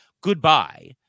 goodbye